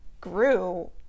grew